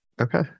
okay